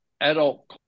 adult